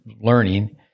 learning